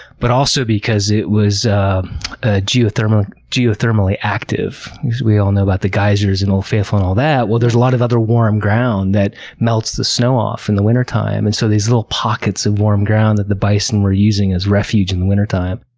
but also because it was ah geothermally geothermally active. we all know about the geysers, and old faithful, and all that. well, there's a lot of other warm ground that melts the snow off in the wintertime, and so these little pockets of warm ground that the bison were using as refuge in the wintertime.